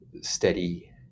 steady